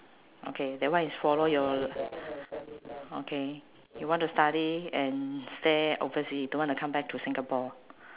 okay that one is follow your okay you want to study and stay oversea don't want to come back to Singapore